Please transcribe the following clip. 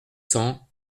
cents